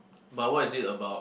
but what is it about